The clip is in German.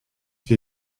wir